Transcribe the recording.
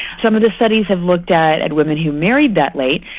some of the studies have looked at at women who married that late,